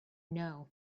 know